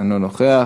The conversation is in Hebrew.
אינו נוכח.